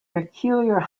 peculiar